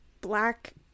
black